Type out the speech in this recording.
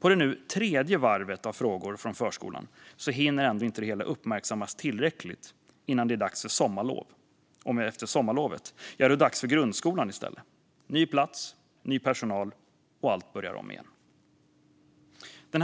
På det nu tredje varvet av frågor från förskolan hinner det hela ändå inte uppmärksammas tillräckligt innan det är dags för sommarlov, och efter sommarlovet är det dags för grundskolan i stället - ny plats, ny personal - och allt börjar om igen.